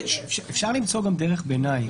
אפשר למצוא גם דרך ביניים.